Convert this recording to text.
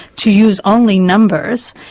to use only numbers.